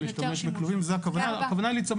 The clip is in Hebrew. כל המהלך של הרפורמה התחיל מאירוע תחלואה.